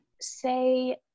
say